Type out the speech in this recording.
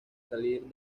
salir